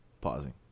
Pausing